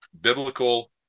biblical